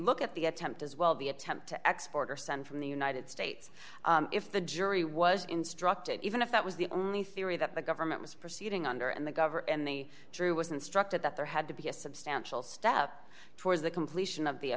look at the attempt as well the attempt to export our son from the united states if the jury was instructed even if that was the only theory that the government was proceeding under and the governor and the drew was instructed that there had to be a substantial step towards the completion of the